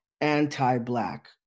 anti-Black